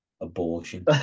abortion